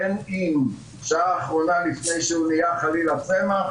בין אם שעה אחרונה לפני שהוא נהיה חלילה צמח,